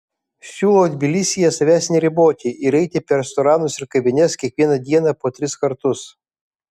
siūlau tbilisyje savęs neriboti ir eiti per restoranus ir kavines kiekvieną dieną po tris kartus